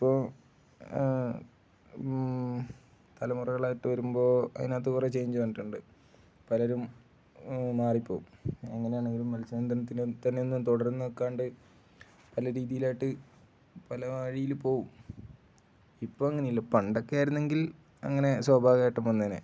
ഇപ്പോള് തലമുറകളായിട്ടു വരുമ്പോള് അതിനകത്തു കുറേ ചേഞ്ച് വന്നിട്ടുണ്ട് പലരും മാറിപ്പോവും എങ്ങനെയാണെങ്കിലും മത്സ്യബന്ധനത്തിനു തന്നെ ഒന്നും തുടര്ന്നു നില്ക്കാണ്ടു പല രീതിലായിട്ടു പല വഴിയില്പ്പോവും ഇപ്പോഴങ്ങനെയില്ല പണ്ടൊക്കെ ആയിരുന്നെങ്കിൽ അങ്ങനെ സ്വാഭാവികമായിട്ടും വന്നേനെ